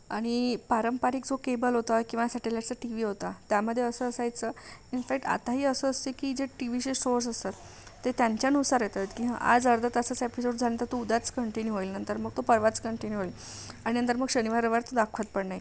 आणि पारंपरिक जो केबल होता किंवा सॅटेलाईटचा टी वी होता त्यामध्ये असं असायचं इनफॅक्ट आताही असं असतं की जे टीवीचे शोज असतात ते त्यांच्यानुसार येतात की हं आज अर्धा तासाचा एपिसोड झाल्यानंतर तो उद्याच कंटिन्यू होईल नंतर मग तो परवाच कंटिन्यू होईल आणि नंतर म मग शनिवार रविवारचं दाखवत पण नाही